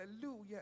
hallelujah